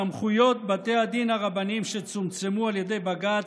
סמכויות בתי הדין הרבניים, שצומצמו על ידי בג"ץ,